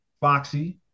Foxy